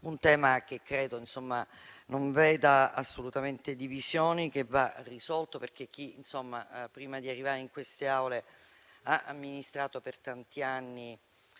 un tema che credo non veda assolutamente divisioni e che va risolto. Chi, prima di arrivare in queste Aule, ha amministrato per tanti anni